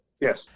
Yes